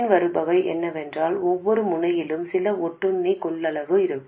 பின்வருபவை என்னவெனில் ஒவ்வொரு முனையிலும் சில ஒட்டுண்ணி கொள்ளளவு இருக்கும்